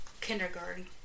kindergarten